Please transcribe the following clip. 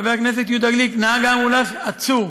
חבר הכנסת יהודה גליק, נהג האמבולנס עצור.